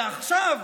ועכשיו,